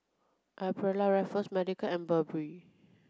Aprilia Raffles Medical and Burberry